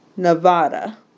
Nevada